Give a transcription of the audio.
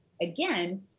again